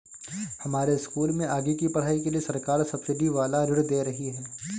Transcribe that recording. हमारे स्कूल में आगे की पढ़ाई के लिए सरकार सब्सिडी वाला ऋण दे रही है